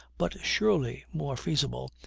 but surely more feasible,